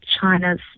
China's